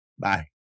Bye